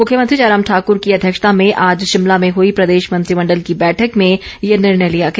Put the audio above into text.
मुख्यमंत्री जयराम ठाकर की अध्यक्षता में आज शिमला में हई प्रदेश मंत्रिमंडल की बैठक में ये निर्णय लिया गया